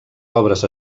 obres